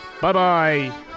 Bye-bye